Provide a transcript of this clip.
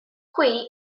qui